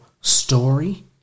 story